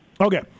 okay